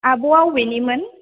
आब'आ अबेनिमोन